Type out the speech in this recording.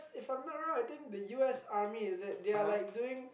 if I'm not wrong I think the U_S army is it they are like doing